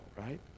right